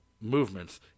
movements